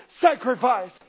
sacrifice